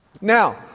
Now